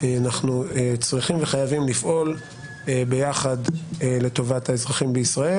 אנחנו צריכים וחייבים לפעול ביחד לטובת האזרחים בישראל